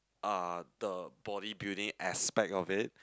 uh the bodybuilding aspect of it